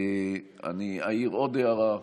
אני אעיר עוד הערה,